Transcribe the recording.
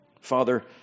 Father